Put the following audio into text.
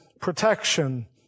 protection